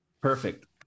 Perfect